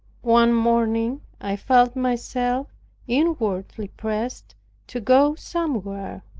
one morning i felt myself inwardly pressed to go somewhere.